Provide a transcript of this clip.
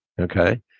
okay